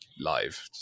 live